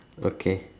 okay